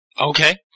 Okay